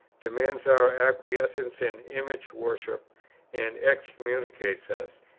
demands our acquiescence in image-worship, and excommunicates us,